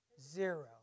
Zero